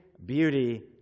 Beauty